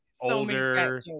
older